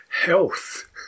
health